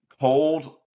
Cold